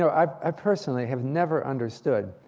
so i personally have never understood.